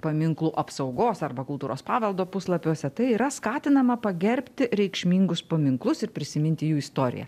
paminklų apsaugos arba kultūros paveldo puslapiuose tai yra skatinama pagerbti reikšmingus paminklus ir prisiminti jų istoriją